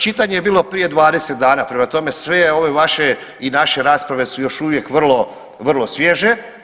Čitanje je bilo prije 20 dana, prema tome sve ove vaše i naše rasprave su još uvijek vrlo, vrlo svježe.